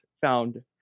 found